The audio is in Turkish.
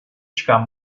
çıkan